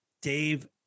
Dave